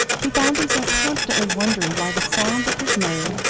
he found himself constantly wondering why the sound of his name,